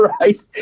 right